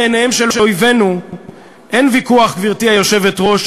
בעיניהם צמאות הדם של אויבינו דין תל-אביב כדין השומרון,